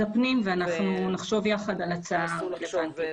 הפנים ואנחנו נחשוב יחד על הצעה רלוונטית.